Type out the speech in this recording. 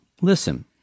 listen